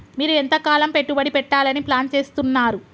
మీరు ఎంతకాలం పెట్టుబడి పెట్టాలని ప్లాన్ చేస్తున్నారు?